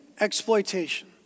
exploitation